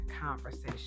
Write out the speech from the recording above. conversation